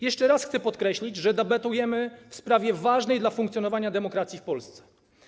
Jeszcze raz chcę podkreślić, że debatujemy o sprawie ważnej dla funkcjonowania demokracji w Polsce.